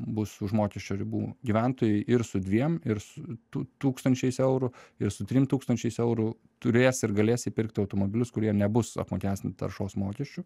bus už mokesčio ribų gyventojai ir su dviem ir su tu tūkstančiais eurų ir su trim tūkstančiais eurų turės ir galės įpirkti automobilius kurie nebus apmokestinti taršos mokesčiu